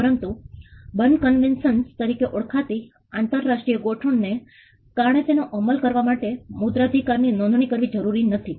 પરંતુ Berne Convention તરીકે ઓળખાતી આંતરરાષ્ટ્રીય ગોઠવણ ને કારણે તેનો અમલ કરવા માટે મુદ્રણાધિકાર ની નોંધણી કરવી જરૂરી નથી